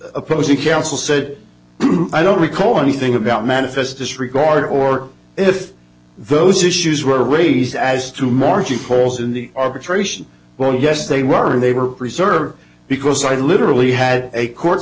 opposing counsel said i don't recall anything about manifest disregard or if those issues were raised as to marching holes in the arbitration well yes they were and they were preserved because i literally had a court